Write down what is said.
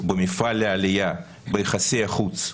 במפעל העלייה, ביחסי החוץ.